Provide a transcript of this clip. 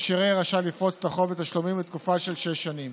אשר יהיה רשאי לפרוס את החוב לתשלומים לתקופה של שש שנים.